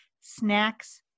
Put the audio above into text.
Snacks